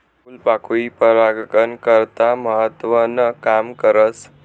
फूलपाकोई परागकन करता महत्वनं काम करस